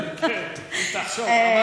היא תחשוב.